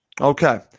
Okay